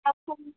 এখন